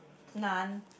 none